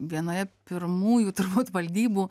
vienoje pirmųjų turbūt valdybų